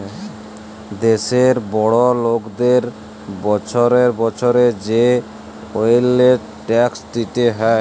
দ্যাশের বড় লকদের বসরে বসরে যে ওয়েলথ ট্যাক্স দিতে হ্যয়